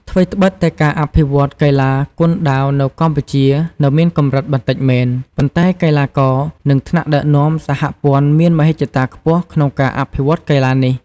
ថ្វីត្បិតតែការអភិវឌ្ឍន៍កីឡាគុនដាវនៅកម្ពុជានៅមានកម្រិតបន្តិចមែន ប៉ុន្តែកីឡាករ និងថ្នាក់ដឹកនាំសហព័ន្ធមានមហិច្ឆតាខ្ពស់ក្នុងការអភិវឌ្ឍន៍កីឡានេះ។